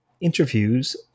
interviews